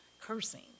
cursing